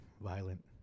violent